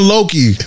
Loki